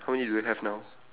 how many do you have now